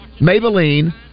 Maybelline